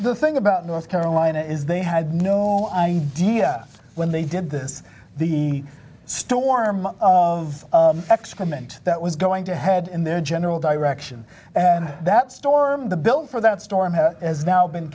the thing about north carolina is they had no idea when they did this the storm of excrement that was going to head in their general direction and that storm the bill for that storm has as now been